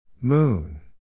Moon